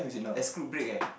exclude break leh